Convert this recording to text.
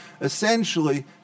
Essentially